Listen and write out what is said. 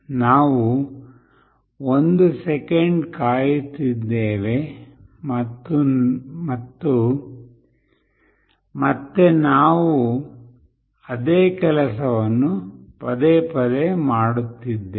ನಾವು 1 ಸೆಕೆಂಡ್ ಕಾಯುತ್ತಿದ್ದೇವೆ ಮತ್ತು ಮತ್ತೆ ನಾವು ಅದೇ ಕೆಲಸವನ್ನು ಪದೇ ಪದೇ ಮಾಡುತ್ತಿದ್ದೇವೆ